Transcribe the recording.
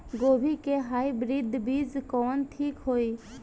गोभी के हाईब्रिड बीज कवन ठीक होई?